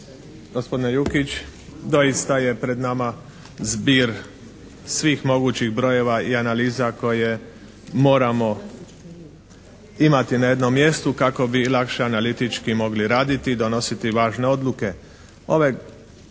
gospodine Jukić doista je pred nama zbir svih mogućih brojeva i analiza koje moramo imati na jednom mjestu kako bi lakše analitički mogli raditi i donositi važne odluke.